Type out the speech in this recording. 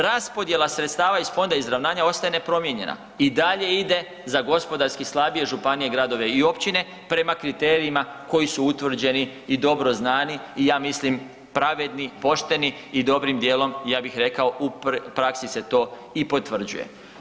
Raspodjela sredstava iz Fonda izravnanja ostaje nepromijenjena i dalje ide za gospodarski slabije županije, gradove i općine prema kriterijima koji su utvrđeni i dobro znani i ja mislim pravedni, pošteni i dobrim dijelom, ja bih rekao, u praksi se to i potvrđuje.